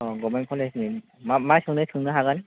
government college नि मा सोंनाय सोंनो हागोन